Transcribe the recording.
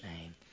name